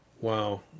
Wow